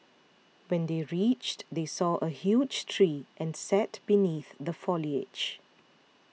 when they reached they saw a huge tree and sat beneath the foliage